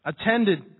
attended